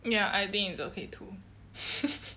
ya I think it's okay too